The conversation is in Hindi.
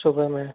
सुबह में